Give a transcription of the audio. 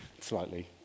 slightly